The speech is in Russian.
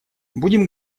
будем